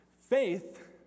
Faith